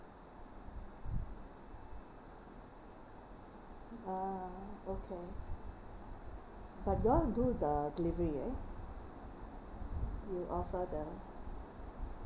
ah okay but you all do the delivery right you offer the